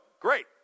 great